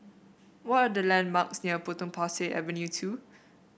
what are the landmarks near Potong Pasir Avenue two